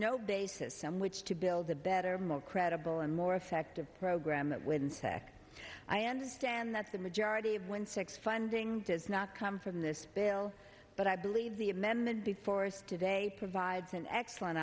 on which to build a better more credible and more effective program that when second i understand that the majority of when sex funding does not come from this bill but i believe the amendment be forced to day provides an excellent